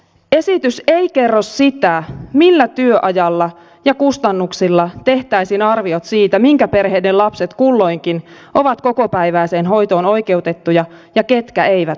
esitys ei kerro sitä millä työajalla ja kustannuksilla tehtäisiin arviot siitä minkä perheiden lapset kulloinkin ovat kokopäiväiseen hoitoon oikeutettuja ja ketkä eivät ole